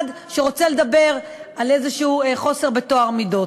שרוצה לדבר על איזשהו חוסר בטוהר מידות.